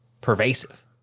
Pervasive